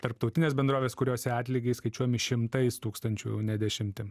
tarptautines bendroves kuriose atlygiai skaičiuojami šimtais tūkstančių ne dešimtim